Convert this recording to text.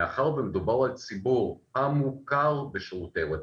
מאחר ומדובר על ציבור אשר מוכר על שירותי הרווחה,